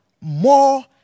more